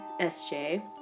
sj